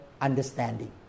understanding